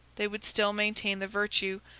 they would still maintain the virtue,